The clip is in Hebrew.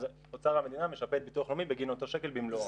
אז אוצר המדינה משפה את ביטוח לאומי בגין אותו שקל במלואו.